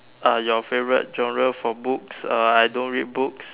are your favourite genre for books uh I don't read books